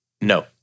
No